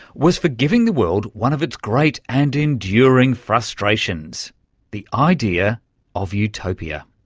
was for giving the world one of its great and enduring frustrations the idea of utopia.